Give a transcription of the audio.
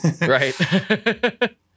Right